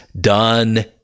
done